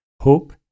hope